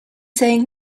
saying